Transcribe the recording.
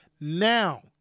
Now